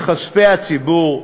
בכספי הציבור,